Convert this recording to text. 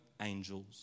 angels